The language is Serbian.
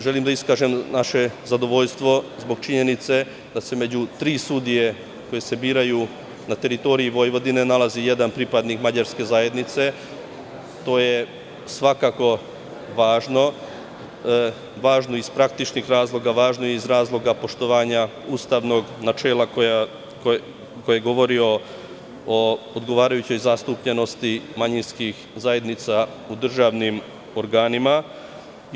Želim da iskažem naše zadovoljstvo zbog činjenice da se među tri sudije koje se biraju na teritoriji Vojvodine nalazi jedan pripadnik mađarske zajednice, što je svakako važno, iz praktičnih razloga, iz razloga poštovanja ustavnog načela koje govori o odgovarajućoj zastupljenosti manjinskih zajednica u državnim organima, itd.